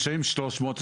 הם משלמים שלוש מאות,